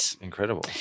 incredible